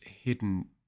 hidden